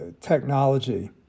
technology